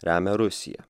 remia rusiją